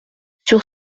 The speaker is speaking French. sur